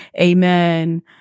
amen